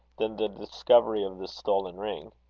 than the discovery of the stolen ring.